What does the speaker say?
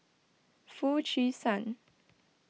Foo Chee San